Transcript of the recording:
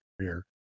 career